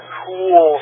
cool